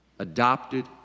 adopted